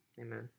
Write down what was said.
Amen